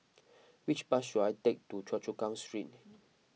which bus should I take to Choa Chu Kang Street